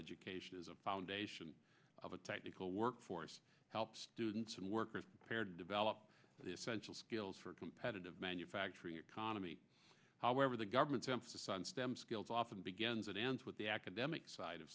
education is a foundation of a technical workforce helps students and workers paired develop the essential skills for competitive manufacturing economy however the government's emphasis on stem skills often begins and ends with the academic side of